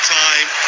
time